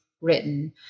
written